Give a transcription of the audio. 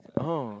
oh